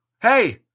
Hey